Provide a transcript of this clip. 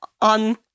on